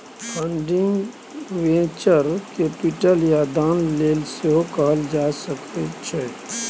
funding venture capital या दान लेल सेहो कएल जा सकै छै